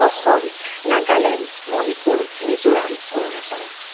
Assam Nagaland Manipur Mizoram Arunachal